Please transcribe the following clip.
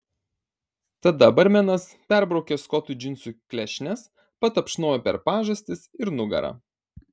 tada barmenas perbraukė skotui džinsų klešnes patapšnojo per pažastis ir nugarą